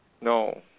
No